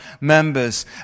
members